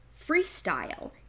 freestyle